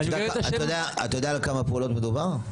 אתה יודע על כמה פעולות מדובר?